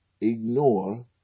ignore